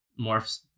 morphs